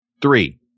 Three